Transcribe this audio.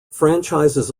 franchises